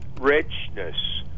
richness